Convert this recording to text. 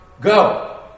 Go